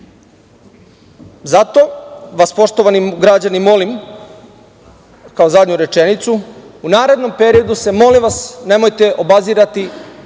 vas, poštovani građani molim, kao zadnju rečenicu, u narednom periodu se molim vas nemojte obazirati